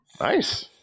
Nice